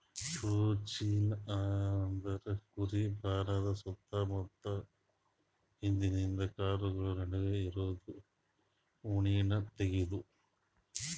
crutching ಅಂದ್ರ ಕುರಿ ಬಾಲದ್ ಸುತ್ತ ಮುತ್ತ ಹಿಂದಿಂದ ಕಾಲ್ಗೊಳ್ ನಡು ಇರದು ಉಣ್ಣಿ ತೆಗ್ಯದು